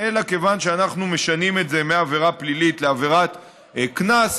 אלא כיוון שאנחנו משנים את זה מעבירה פלילית לעבירת קנס,